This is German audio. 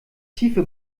tiefe